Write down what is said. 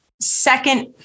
second